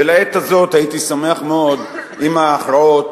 ולעת הזאת הייתי שמח מאוד אם ההכרעות,